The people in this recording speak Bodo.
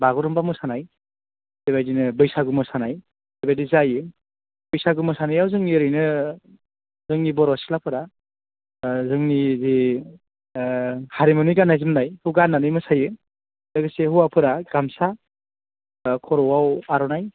बागुरुम्बा मोसानाय बे बायदिनो बैसागु मोसानाय बे बायदि जायो बैसागु मोसानायाव जोंनि ओरैनो जोंनि बर' सिख्लाफोरा जोंनि जे हारिमुनि गाननाय जोमननाय बेखौ गाननानै मोसायो लोगोसे हौवाफोरा गामसा खर'आव आर'नाय